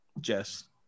Jess